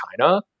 China